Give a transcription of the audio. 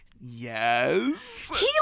Yes